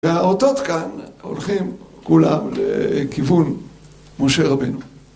והאותות כאן הולכים כולם לכיוון משה רבינו.